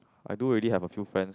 I do really have a few friends